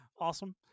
Awesome